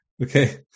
okay